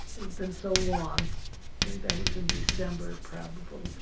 been so long. i think that was in december, probably.